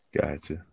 Gotcha